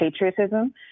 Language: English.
patriotism